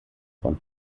von